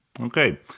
Okay